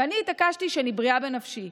ואני התעקשתי שאני בריאה בנפשי.